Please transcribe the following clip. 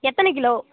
எத்தனை கிலோ